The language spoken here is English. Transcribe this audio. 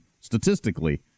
statistically